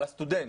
על הסטודנט.